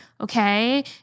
okay